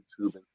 YouTube